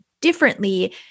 differently